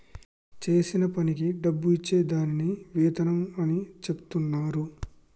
చేసిన పనికి డబ్బు ఇచ్చే దాన్ని వేతనం అని చెచెప్తున్నరు